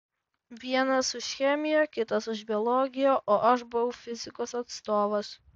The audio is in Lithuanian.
vienas už chemiją kitas už biologiją o aš buvau fizikos atstovas